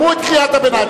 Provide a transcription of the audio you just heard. שמעו את קריאת הביניים,